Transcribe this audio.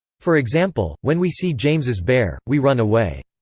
for example, when we see james's bear, we run away.